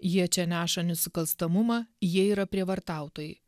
jie čia neša nusikalstamumą jie yra prievartautojai